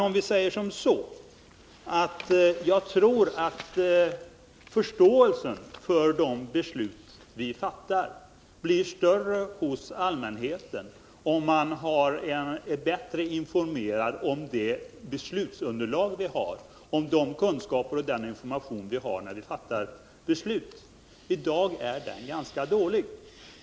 Men låt mig säga att jag tror att förståelsen för de beslut vi fattar blir större hos allmänheten om den är bättre informerad om det beslutsunderlag vi har, om de kunskaper och den information vi har när vi fattar beslut. I dag är den informationen ganska dålig.